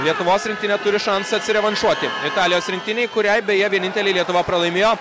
lietuvos rinktinė turi šansą atsirevanšuoti italijos rinktinei kuriai beje vieninteliai lietuva pralaimėjo